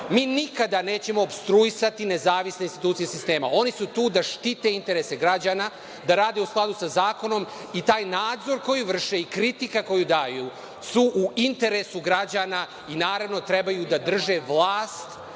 mi nikada nećemo opstruisati nezavisne institucije sistema. Oni su tu da štite interese građana, da rade u skladu sa zakonom, i taj nadzor koji vrše i kritika koju daju su u interesu građana i naravno trebaju da drže vlast